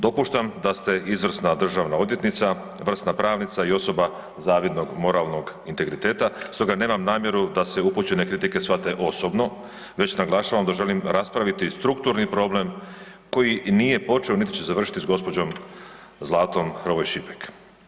Dopuštam da ste izvrsna državna odvjetnica, vrsna pravnica i osoba zavidnog moralnog integriteta, stoga nemam namjeru da se upućene kritike shvate osobno već naglašavam da želim raspraviti strukturni problem koji nije počeo niti će završiti s gđom. Zlatom Hrvoj-Šipek.